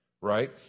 right